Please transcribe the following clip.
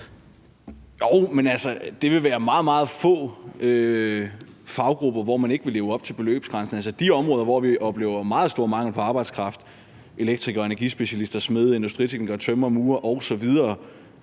Jo, men det vil være meget, meget få faggrupper, som ikke vil leve op til beløbsgrænsen. På de områder, hvor vi oplever meget stor mangel på arbejdsplads – elektrikere, energispecialister, smede, industriteknikere, tømrere, murere osv.